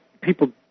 People